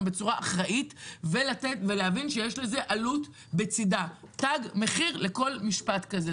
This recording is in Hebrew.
בצורה אחראית ולהבין שיש תג מחיר לכל משפט כזה.